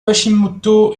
hashimoto